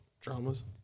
Dramas